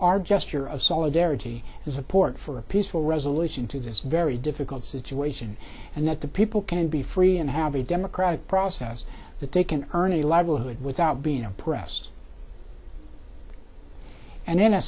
our gesture of solidarity and support for a peaceful resolution to this very difficult situation and that the people can be free and have a democratic process that they can earn a livelihood without being oppressed and